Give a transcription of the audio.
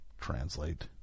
translate